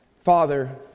Father